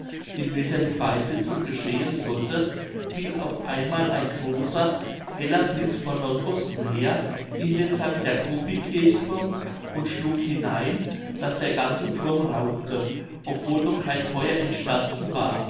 in welcher die beisetzung geschehen sollte fiel auf einmal ein großer heller blitz von nordosten her in den st jacobi kirchthurm und schlug hinein daß der ganze thurm rauchte obwohl doch kein feuer enstanden war